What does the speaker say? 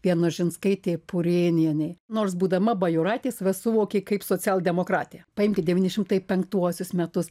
vienužinskaitei purėnienei nors būdama bajoraitės va suvokė kaip socialdemokratė paimkit devyni šimtai penktuosius metus